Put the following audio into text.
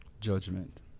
judgment